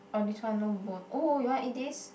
oh this one no bone oh you want eat this